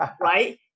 right